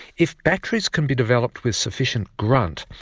if batteries can be developed with sufficient grunt,